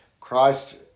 Christ